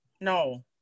No